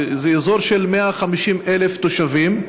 זה אזור של 150,000 תושבים,